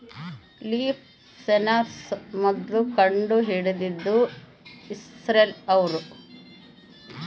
leaf sensor ಮೊದ್ಲು ಕಂಡು ಹಿಡಿದಿದ್ದು ಇಸ್ರೇಲ್ ಅವ್ರು